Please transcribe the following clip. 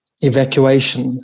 evacuation